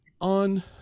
On